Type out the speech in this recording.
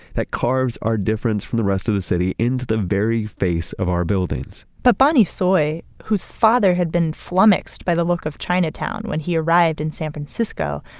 that carves our difference from the rest of the city into the very face of our buildings but bonnie tsui, whose father had been flummoxed by the look of chinatown when he arrived in san francisco,